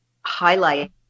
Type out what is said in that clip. highlight